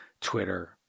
twitter